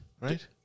right